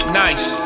nice